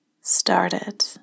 started